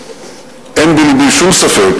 אין בלבי שום ספק